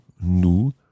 nous